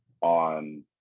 on